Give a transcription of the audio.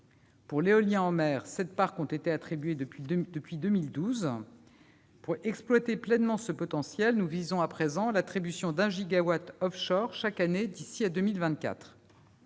à l'éolien en mer depuis 2012. Pour exploiter pleinement ce potentiel, nous visons à présent l'attribution d'un gigawatt offshore chaque année d'ici à 2024.